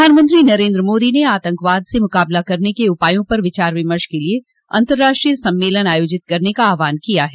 प्रधानमंत्री नरन्द्र मोदी ने आतंकवाद से मुकाबला करने के उपायों पर विचार विमर्श के लिए अंतर्राष्ट्रीय सम्मेलन आयोजित करने का आहवान किया है